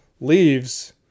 leaves